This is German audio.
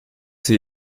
sie